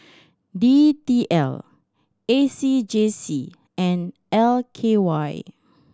D T L A C J C and L K Y